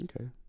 Okay